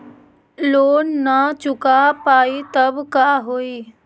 Loan न चुका पाई तब का होई?